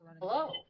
hello